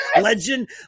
legend